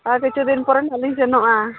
ᱟᱨ ᱠᱤᱪᱷᱩᱫᱤᱱ ᱯᱚᱨᱮᱧᱚᱜᱞᱤᱧ ᱥᱮᱱᱚᱜᱼᱟ